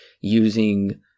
using